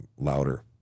louder